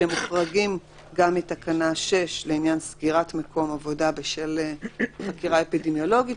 שמחורגים גם מתקנה 6 לעניין סגירת מקום עבודה בשל חקירה אפידמיולוגית,